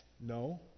No